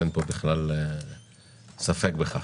אין כל ספק בכך.